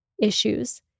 issues